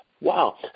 Wow